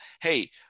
hey